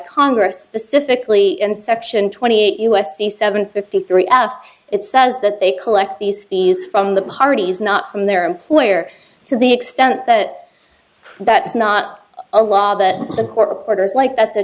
congress specifically in section twenty eight u s c seven fifty three as it says that they collect these fees from the parties not from their employer to the extent that that's not a law that the court reporters like that's a